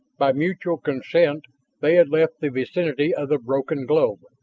by mutual consent they had left the vicinity of the broken globe,